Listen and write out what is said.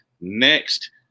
Next